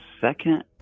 second